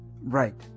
Right